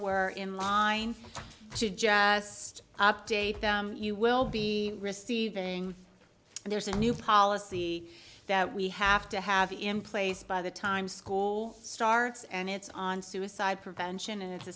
were in line to just update them you will be receiving and there's a new policy that we have to have in place by the time school starts and it's on suicide prevention and